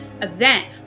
event